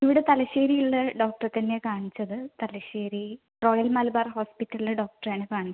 ഇവിടെ തലശ്ശേരി ഉള്ള ഡോക്ടറെ തന്നെയാണ് കാണിച്ചത് തലശ്ശേരി റോയൽ മലബാർ ഹോസ്പിറ്റലിലെ ഡോക്ടറെ ആണ് കാണിച്ചത്